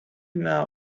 now